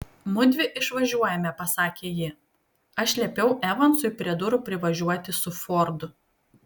mudvi išvažiuojame pasakė ji aš liepiau evansui prie durų privažiuoti su fordu